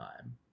time